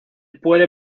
puede